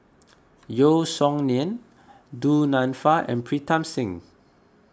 Yeo Song Nian Du Nanfa and Pritam Singh